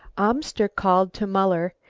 amster called to muller,